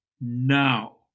now